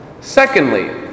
secondly